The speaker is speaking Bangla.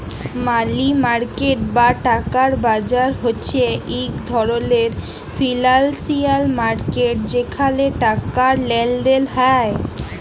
মালি মার্কেট বা টাকার বাজার হছে ইক ধরলের ফিল্যালসিয়াল মার্কেট যেখালে টাকার লেলদেল হ্যয়